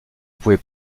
pouvais